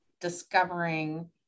discovering